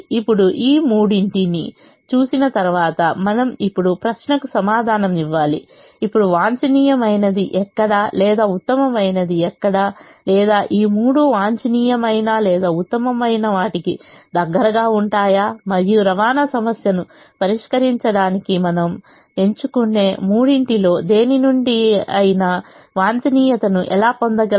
ఇప్పుడు ఈ మూడింటిని చూసిన తరువాత మనం ఇప్పుడు ప్రశ్నకు సమాధానం ఇవ్వాలి ఇప్పుడు వాంఛనీయమైనది ఎక్కడ లేదా ఉత్తమమైనది ఎక్కడ లేదా ఈ మూడు వాంఛనీయమైన లేదా ఉత్తమమైన వాటికి దగ్గరగా ఉంటాయా మరియు రవాణా సమస్యను పరిష్కరించడానికి మనము ఎంచుకునే మూడింటిలో దేని నుండి అయినా వాంఛనీయతను ఎలా పొందగలం